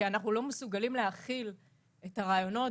כי אנחנו לא מסוגלים להחיל את הרעיונות